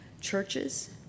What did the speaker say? churches